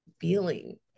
feeling